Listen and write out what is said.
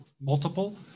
multiple